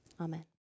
amen